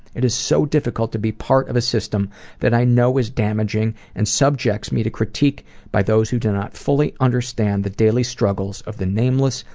it is so difficult to be part of a system that i know is damaging and subjects me to critique by those who do not fully understand that the daily struggles of the nameless,